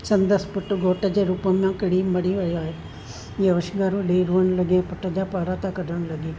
सदंसि पुटु घोट जे रूप में किरी मरी वियो आहे हीअ उछिंगारूं ॾेई रोअण लॻी पुटु जा पारांता कढणु लॻी